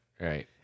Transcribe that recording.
Right